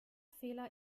fehler